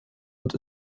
und